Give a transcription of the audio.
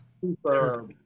super